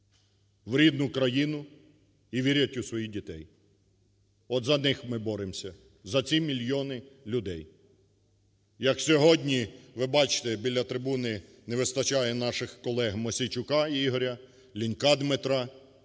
в рідну країну, і вірять у своїх дітей. От за них ми боремося, за ці мільйони людей. Як сьогодні, ви бачите, біля трибуни не вистачає наших колегМосійчука Ігоря, Лінька Дмитра,